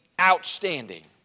outstanding